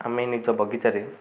ଆମେ ନିଜ ବଗିଚାରେ